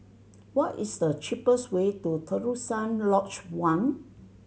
what is the cheapest way to Terusan Lodge One